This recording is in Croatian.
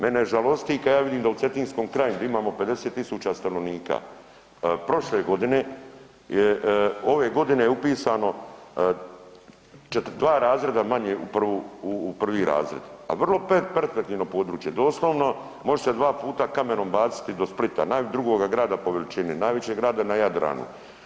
Mene žalosti kada ja vidim da u Cetinskom kraju di imamo 50.000 stanovnika prošle godine ove godine je upisano dva razrada manje u 1. razred, a vrlo perspektivno područje, doslovno može se dva puta kamenom baciti do Splita drugoga grada po veličini, najvećeg grada na Jadranu.